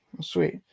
Sweet